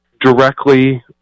directly